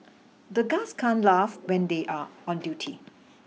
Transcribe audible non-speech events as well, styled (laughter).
(noise) the guards can't laugh when they are on duty